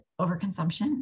overconsumption